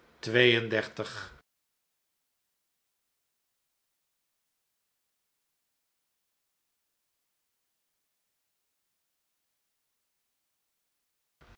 twee en dertig